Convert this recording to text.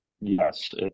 Yes